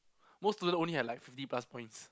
most student only had like fifty plus points